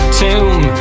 tomb